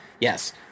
yes –